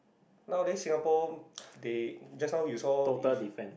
nowadays Singapore they just now you saw if